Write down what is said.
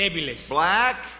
black